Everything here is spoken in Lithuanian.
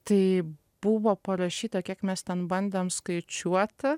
tai buvo parašyta kiek mes ten bandėm skaičiuoti